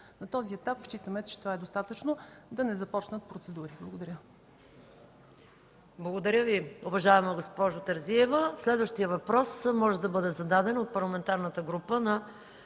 На този етап считаме, че това е достатъчно, за да не започнат процедурите. Благодаря. ПРЕДСЕДАТЕЛ МАЯ МАНОЛОВА: Благодаря Ви, уважаема госпожо Терзиева. Следващият въпрос може да бъде зададен от Парламентарната група на